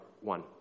one